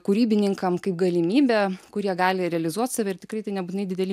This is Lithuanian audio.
kūrybininkam kaip galimybė kur jie gali realizuot save ir tikrai tai nebūtinai dideli